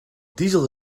diesel